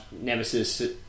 nemesis